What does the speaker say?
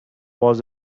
was